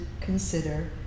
consider